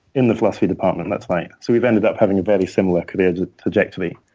in the philosophy department, that's right. so we've ended up having a very similar career trajectory.